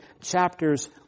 chapters